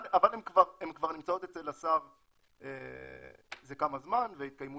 הן נמצאות אצל השר זה כמה זמן והתקיימו